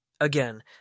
Again